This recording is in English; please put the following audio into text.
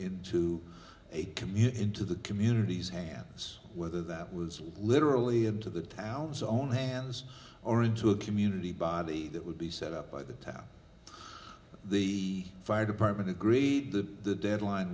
into a commute into the communities hands whether that was literally into the town's own hands or into a community body that would be set up by the time the fire department agreed that the deadline